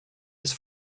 his